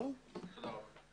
תודה רבה.